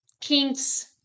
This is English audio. kinks